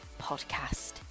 Podcast